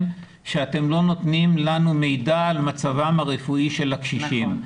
שאתם לא נותנים לנו מידע על מצבם הרפואי של הקשישים.